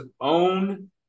own